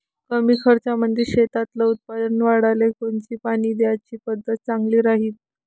कमी खर्चामंदी शेतातलं उत्पादन वाढाले कोनची पानी द्याची पद्धत चांगली राहीन?